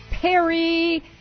Perry